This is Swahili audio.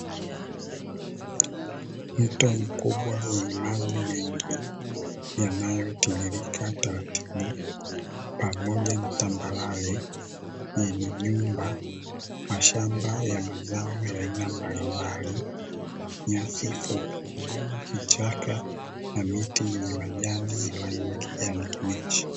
Mto mkubwa wenye maji mengi yanayotiririka taratibu moja na tambalale nyumba mashamba ya mazao ya aina mbalimbali na miti yenye majani ya rangi ya kijani kibichi.